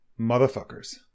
motherfuckers